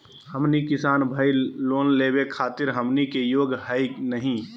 हमनी किसान भईल, लोन लेवे खातीर हमनी के योग्य हई नहीं?